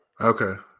Okay